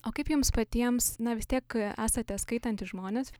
o kaip jums patiems na vis tiek esate skaitantys žmonės